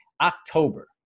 October